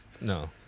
No